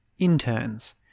interns